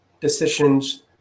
decisions